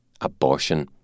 abortion